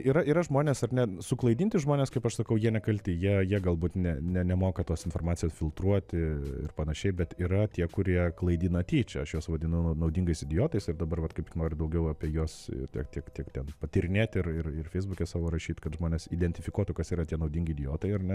yra yra žmonės ar ne suklaidinti žmonės kaip aš sakau jie nekalti jei jie galbūt ne ne nemoka tos informacijos filtruoti ir panašiai bet yra tie kurie klaidina tyčia aš juos vadinu naudingais idiotais ir dabar vat kaip noriu daugiau apie juos tiek tiek tiek ten patyrinėti ir ir feisbuke savo rašyt kad manęs identifikuotų kas yra tie naudingi idiotai ar ne